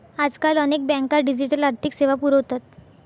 आजकाल अनेक बँका डिजिटल आर्थिक सेवा पुरवतात